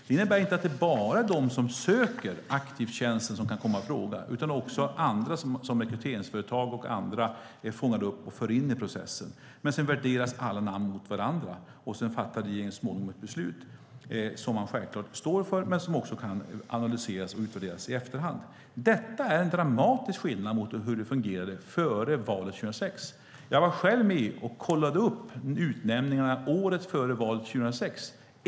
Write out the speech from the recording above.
Det innebär inte att det bara är de som aktivt söker en tjänst som kan komma i fråga utan också personer som rekryteringsföretag och andra fångar upp och för in i processen. Alla namn värderas mot varandra, och så småningom fattar regeringen ett beslut som man självklart står för men som också kan analyseras och värderas i efterhand. Det är en dramatisk skillnad mot hur det fungerade före valet 2006. Jag var själv med och kollade upp utnämningarna året före valet 2006.